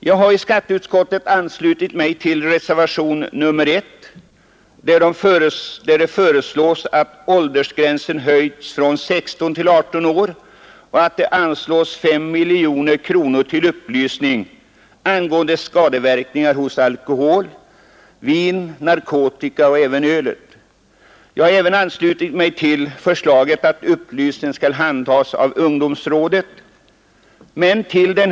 Jag har i skatteutskottet anslutit mig till reservationen 1, vari föreslås att åldersgränsen höjs från 16 till 18 år och att 5 miljoner kronor anslås till upplysning angående skadeverkningar av alkohol, vin, narkotika och även öl. Jag har också anslutit mig till förslaget att upplysningen skall handhas av statens ungdomsråd.